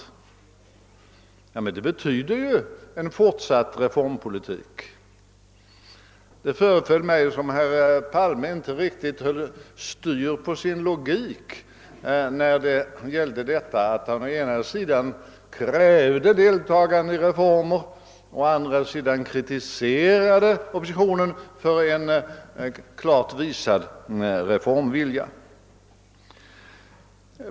Men det betyder ju en fortsatt reformpolitik. Det föreföll mig som om herr Palme inte höll styr på sin logik när han å ena sidan krävde deltagande i reformer och å andra sidan kritiserade oppositionen för en klart visad reformvilja.